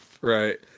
Right